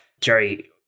Jerry